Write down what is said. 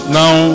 now